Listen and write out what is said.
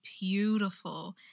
beautiful